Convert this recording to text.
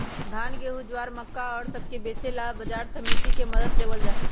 धान, गेहूं, ज्वार, मक्का और सब के बेचे ला बाजार समिति के मदद लेवल जाहई